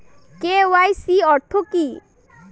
KYC অর্থ কি?